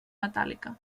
metàl·lica